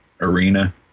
arena